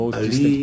ali